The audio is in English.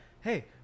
hey